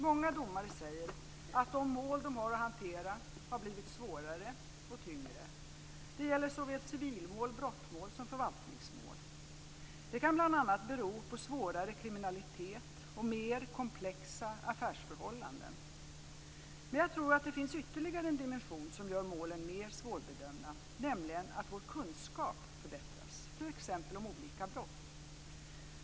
Många domare säger att de mål de har att hantera har blivit svårare och tyngre. Det gäller såväl civilmål, brottmål som förvaltningsmål. Det kan bl.a. bero på svårare kriminalitet och mer komplexa affärsförhållanden. Men jag tror att det finns ytterligare en dimension som gör målen mer svårbedömda, nämligen att vår kunskap förbättras, t.ex. om olika brott.